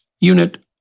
unit